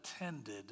attended